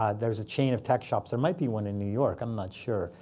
ah there's a chain of techshops. there might be one in new york. i'm not sure.